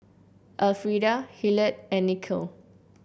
Elfrieda Hillard and Nikhil